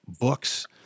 books